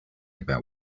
about